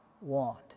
want